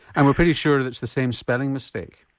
and we're pretty sure that it's the same spelling mistake?